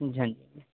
ਜੀ ਹਾਂਜੀ